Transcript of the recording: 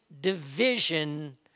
division